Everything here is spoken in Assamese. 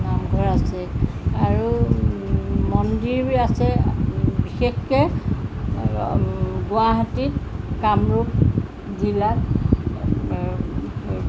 নামঘৰ আছে আৰু মন্দিৰ আছে বিশেষকৈ গুৱাহাটীত কামৰূপ জিলাত